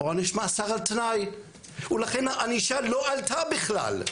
או עונש מאסר על תנאי ולכן הענישה לא עלתה בכלל,